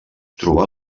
trobar